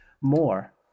more